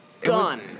Gun